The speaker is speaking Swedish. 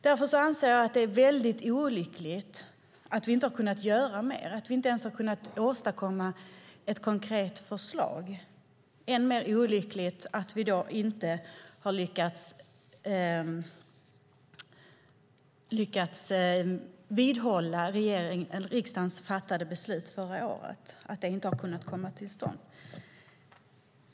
Därför anser jag att det är väldigt olyckligt att vi inte har kunnat göra mer, att vi inte ens har kunnat åstadkomma ett konkret förslag. Än mer olyckligt är det att vi inte har lyckats vidmakthålla riksdagens beslut från förra året och att det inte har kunnat efterlevas.